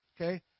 okay